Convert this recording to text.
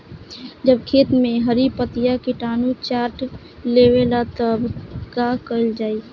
जब खेत मे हरी पतीया किटानु चाट लेवेला तऽ का कईल जाई?